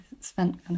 spent